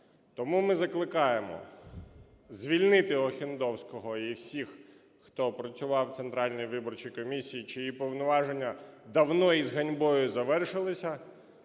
Тому ми закликаємо звільнити Охендовського і всіх, хто працював в Центральній виборчій комісії, чиї повноваження давно і з ганьбою завершилися.